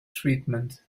treatment